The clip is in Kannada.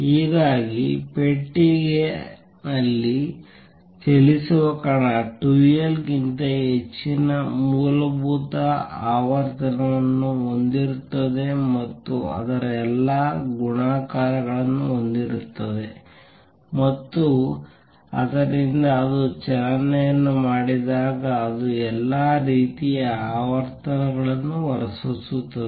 ಹೀಗಾಗಿ ಪೆಟ್ಟಿಗೆನಲ್ಲಿ ಚಲಿಸುವ ಕಣವು 2 L ಗಿಂತ ಹೆಚ್ಚಿನ ಮೂಲಭೂತ ಆವರ್ತನವನ್ನು ಹೊಂದಿರುತ್ತದೆ ಮತ್ತು ಅದರ ಎಲ್ಲಾ ಗುಣಾಕಾರಗಳನ್ನು ಹೊಂದಿರುತ್ತದೆ ಮತ್ತು ಆದ್ದರಿಂದ ಅದು ಚಲನೆಯನ್ನು ಮಾಡಿದಾಗ ಅದು ಎಲ್ಲಾ ರೀತಿಯ ಆವರ್ತನಗಳನ್ನು ಹೊರಸೂಸುತ್ತದೆ